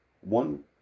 one